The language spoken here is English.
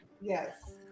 Yes